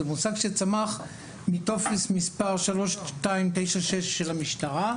זה מושג שצמח מטפס מספר 3296 של המשטרה,